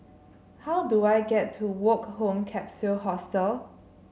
how do I get to Woke Home Capsule Hostel